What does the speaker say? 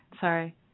Sorry